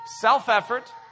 Self-effort